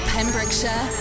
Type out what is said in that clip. Pembrokeshire